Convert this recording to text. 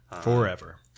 forever